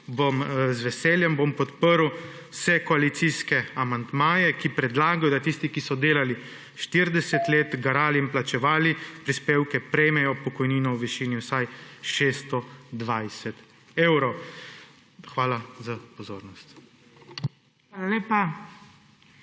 z veseljem bom podprl vse koalicijske amandmaje, ki predlagajo, da tisti, ki so delali 40 let, garali in plačevali prispevke, prejmejo pokojnino v višini vsaj 620 evrov. Hvala za pozornost.